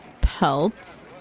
pelts